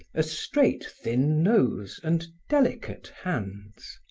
a straight, thin nose and delicate hands.